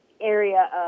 area